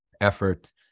effort